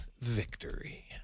victory